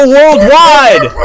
Worldwide